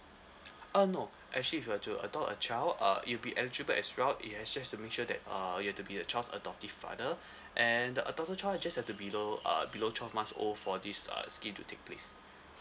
uh no actually if you were to adopt a child uh you'll be eligible as well it has just to make sure that err you have to be your child's adoptive father and the adopted child just have to below uh below twelve months old for this uh scheme to take place